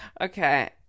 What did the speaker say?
Okay